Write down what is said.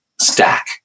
stack